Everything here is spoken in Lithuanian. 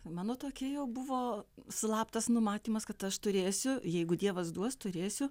mano tokia jau buvo slaptas numatymas kad aš turėsiu jeigu dievas duos turėsiu